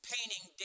Painting